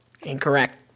Incorrect